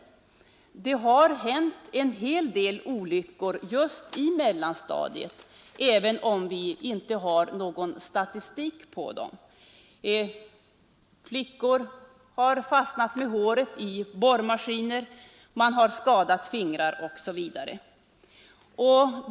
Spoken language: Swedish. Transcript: Det har hänt en hel del olyckor just på mellanstadiet, även om vi inte har någon statistik på dem — flickor har fastnat med håret i borrmaskiner, elever skadat fingrarna, osv.